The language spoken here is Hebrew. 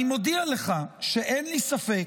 אני מודיע לך שאין לי ספק